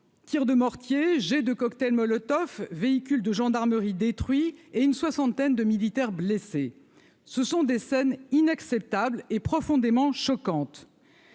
tirs de mortiers jets de cocktails Molotov, véhicule de gendarmerie détruits et une soixantaine de militaires blessés, ce sont des scènes inacceptable et profondément choquante.